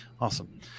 awesome